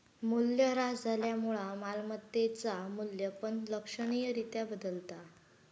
मूल्यह्रास झाल्यामुळा मालमत्तेचा मू्ल्य पण लक्षणीय रित्या बदलता